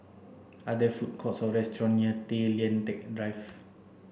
are there food courts or restaurants near Tay Lian Teck Drive